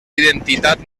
identitat